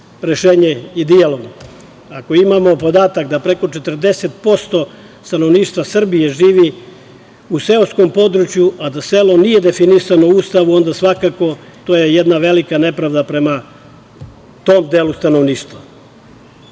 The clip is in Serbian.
rešenje i dijalog. Ako imamo podatak da preko 40% stanovništva Srbije živi u seoskom području, a da selo nije definisano Ustavom, onda svakako je to jedna velika nepravda prema tom delu stanovništva. Smatram